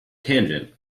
tangent